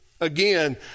Again